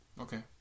Okay